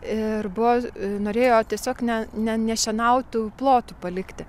ir buvo norėjo tiesiog ne nešienautų plotų palikti